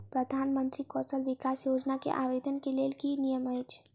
प्रधानमंत्री कौशल विकास योजना केँ आवेदन केँ लेल की नियम अछि?